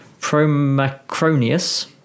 Promacronius